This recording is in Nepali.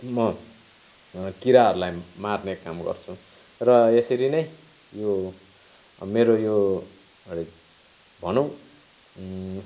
म किराहरूलाई मार्ने काम गर्छु र यसरी नै यो मेरो यो भनौँ